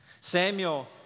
Samuel